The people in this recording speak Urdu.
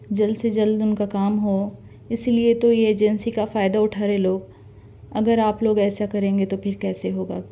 جلد سے جلد اُن کا کام ہوں اِسی لیے تو یہ ایجنسی کا فائدہ اُٹھا رہے لوگ اگر آپ لوگ ایسا کریں گے تو پھر کیسے ہوگا